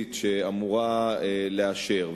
המחוזית שאמורה לאשר.